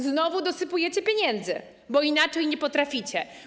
Znowu dosypujecie pieniędzy, bo inaczej nie potraficie.